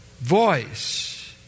voice